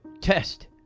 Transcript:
test